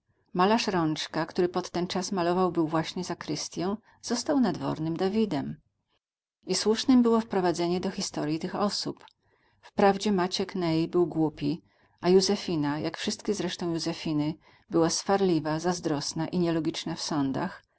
malarz rączka który pod ten czas malował był właśnie zakrystię został nadwornym davidem i słusznem było wprowadzenie do historii tych osób wprawdzie maciek ney był głupi a józefina jak wszystkie zresztą józefiny była swarliwa zazdrosna i nielogiczna w sądach